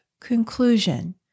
conclusion